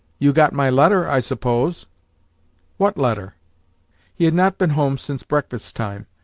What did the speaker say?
you got my letter, i suppose what letter he had not been home since breakfast-time,